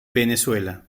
venezuela